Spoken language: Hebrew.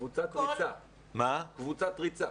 קבוצת ריצה.